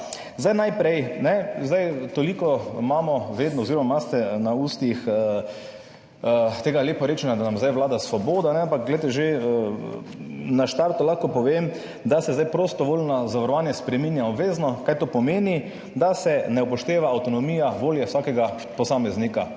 Zakaj? Najprej. Toliko imate po ustih tega leporečenja, da nam zdaj vlada svoboda, ampak glejte, že na začetku lahko povem, da se zdaj prostovoljno zavarovanje spreminja v obvezno. Kaj to pomeni? Da se ne upošteva avtonomije, volje vsakega posameznika.